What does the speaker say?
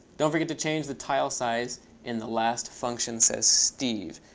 don't forget to change the tile size in the last function, says steve.